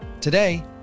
today